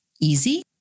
easy